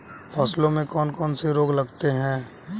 फसलों में कौन कौन से रोग लगते हैं?